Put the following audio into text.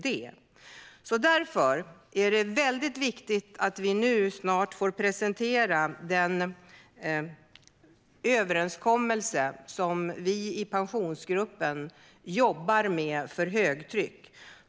Därför är det viktigt att vi snart ska presentera den överenskommelse som Pensionsgruppen jobbar med för högtryck.